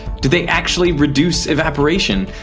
do they actually reduce evaporation?